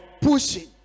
Pushing